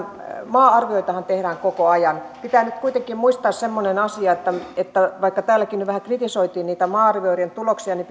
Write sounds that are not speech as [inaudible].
maa arvioitahan tehdään koko ajan pitää nyt kuitenkin aina muistaa semmoinen asia että vaikka täälläkin nyt vähän kritisoitiin niitä maa arvioiden tuloksia niin [unintelligible]